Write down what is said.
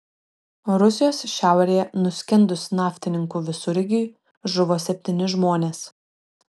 rusijos šiaurėje nuskendus naftininkų visureigiui žuvo septyni žmonės